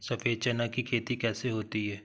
सफेद चना की खेती कैसे होती है?